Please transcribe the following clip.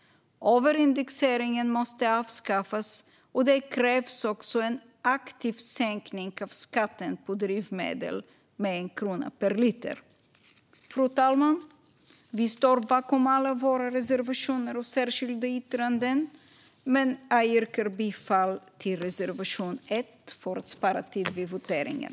Överindexeringen måste avskaffas, och det krävs också en aktiv sänkning av skatten på drivmedel med 1 krona per liter. Fru talman! Vi står bakom alla våra reservationer och särskilda yttranden, men jag yrkar bifall endast till reservation 1 för att spara tid vid voteringen.